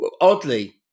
oddly